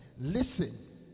Listen